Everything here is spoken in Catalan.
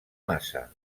massa